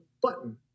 button